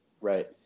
Right